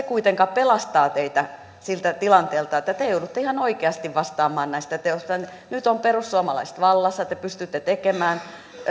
kuitenkaan pelastaa teitä siltä tilanteelta että te joudutte ihan oikeasti vastaamaan näistä teoista nyt ovat perussuomalaiset vallassa te pystytte tekemään